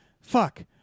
Fuck